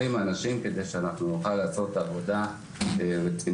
אנשים כדי שאנחנו נוכל לעשות עבודה רצינית.